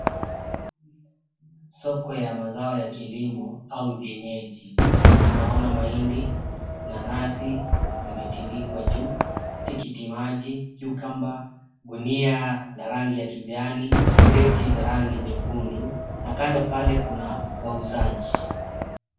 Soko ya mazao ya kilimo au vienyeji, tunaona mahindi, nanasi zimetindikwa juu, tikiti maji, cucumber , gunia la rangi ya kijani, kreti za rangi nyekundu, na kando pale kuna wauzaji.